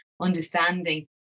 understanding